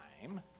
time